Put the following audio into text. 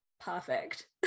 perfect